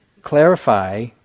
clarify